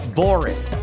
boring